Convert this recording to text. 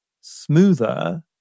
smoother